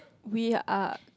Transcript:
we are